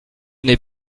n’est